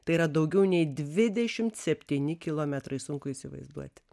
tai yra daugiau nei dvidešim septyni kilometrai sunku įsivaizduoti